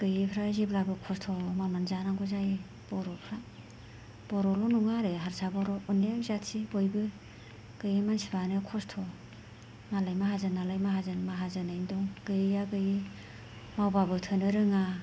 गैयैफ्रा जेब्लाबो खस्थ' मावनानै जानांगौ जायो बर'फ्रा बर'ल' नङा आरो हारसाबो बर' अनेख जाथि बयबो गैयै मानसिफ्रानो खस्थ' मालाय माहाजोन नालाय माहाजोननैनो दं गैयैआ गैयै मावब्लाबो थोनो रोङा